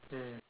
mm